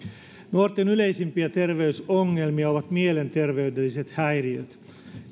nuorten yleisimpiä terveysongelmia ovat mielenterveydelliset häiriöt